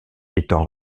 étant